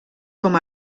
com